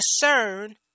discern